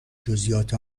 جزئیات